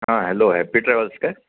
हा hello happy travels का